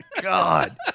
god